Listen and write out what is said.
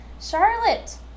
Charlotte